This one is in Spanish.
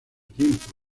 tiempo